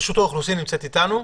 רשות האוכלוסין נמצאת איתנו?